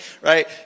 Right